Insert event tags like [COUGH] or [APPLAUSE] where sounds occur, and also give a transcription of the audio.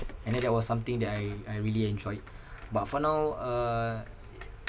and then that was something that I I really enjoyed but for now uh [NOISE]